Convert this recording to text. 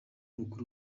mukuru